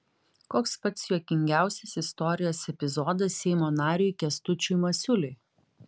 koks pats juokingiausias istorijos epizodas seimo nariui kęstučiui masiuliui